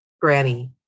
Granny